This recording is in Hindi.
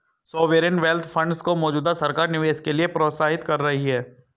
सॉवेरेन वेल्थ फंड्स को मौजूदा सरकार निवेश के लिए प्रोत्साहित कर रही है